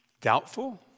Doubtful